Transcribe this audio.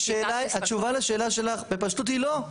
התשובה לשאלה שלך בפשטות היא לא.